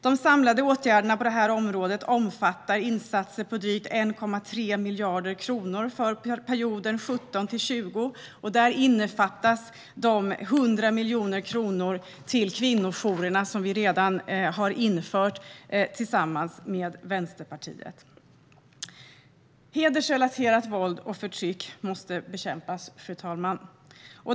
De samlade åtgärderna på detta område omfattar insatser på drygt 1,3 miljarder kronor för perioden 2017-2020. Detta innefattar de 100 miljoner kronor till kvinnojourerna som vi tillsammans med Vänsterpartiet redan har tillfört. Fru talman! Hedersrelaterat våld och förtryck måste bekämpas.